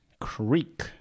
Creek